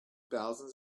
thousands